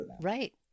right